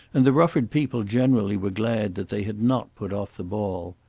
and the rufford people generally were glad that they had not put off the ball.